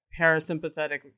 parasympathetic